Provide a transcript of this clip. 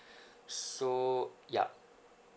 so yup